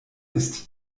ist